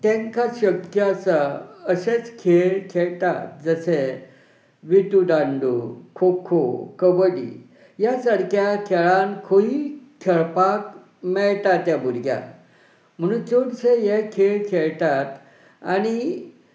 तांकां शक्य आसा अशेच खेळ खेळटात जशे विटू दांडो खो खो कबड्डी ह्या सारक्या खेळान खंयू खेळपाक मेळटा त्या भुरग्याक म्हणून चडशे हे खेळ खेळटात आनी